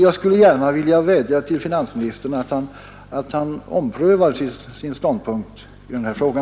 Jag skulle gärna vilja vädja till finansministern att ompröva sin ståndpunkt i denna fråga.